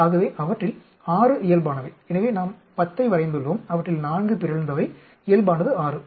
ஆகவே அவற்றில் 6 இயல்பானவை எனவே நாம் 10 ஐ வரைந்துள்ளோம் அவற்றில் 4 பிறழ்ந்தவை இயல்பானது 6